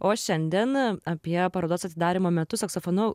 o šiandien apie parodos atidarymo metu saksofonu